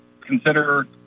consider